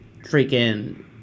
freaking